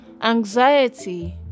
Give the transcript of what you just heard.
anxiety